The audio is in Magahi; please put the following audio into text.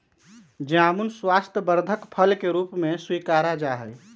जामुन स्वास्थ्यवर्धक फल के रूप में स्वीकारा जाहई